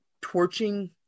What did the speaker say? torching